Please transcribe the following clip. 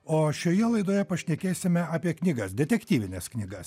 o šioje laidoje pašnekėsime apie knygas detektyvines knygas